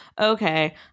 okay